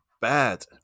bad